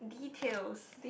details